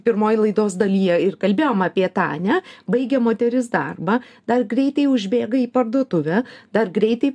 pirmoj laidos dalyje ir kalbėjom apie tą a ne baigia moteris darbą dar greitai užbėga į parduotuvę dar greitai